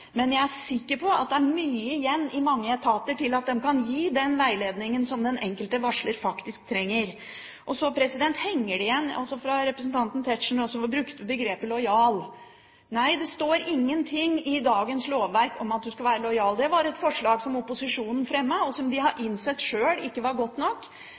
men jeg er sikker på at det i mange etater er mye igjen, slik at de kan gi den veiledningen som den enkelte varsler trenger. Så henger det noe igjen fra representanten Tetzschner, som brukte begrepet «lojal». Nei, det står ingenting i dagens lovverk om at man skal være lojal. Det var et forslag som opposisjonen fremmet, og som de sjøl har innsett ikke var godt nok.